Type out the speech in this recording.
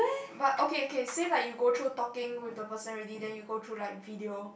but okay okay say like you go through talking with the person already then you go through like video